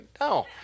No